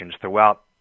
throughout